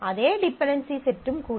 அதே டிபென்டென்சி செட்டும் கூட